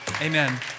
Amen